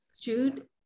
Jude